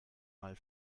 mal